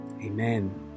Amen